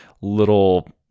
little